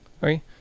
right